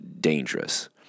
dangerous